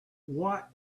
what